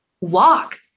walk